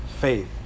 faith